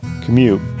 commute